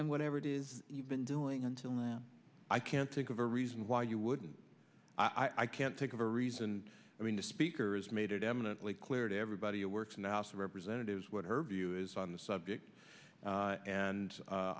and whatever it is you've been doing until now i can't think of a reason why you wouldn't i can't think of a reason i mean the speaker has made it eminently clear to everybody who works in the house of representatives what her view is on the subject and